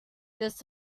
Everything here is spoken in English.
this